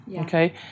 okay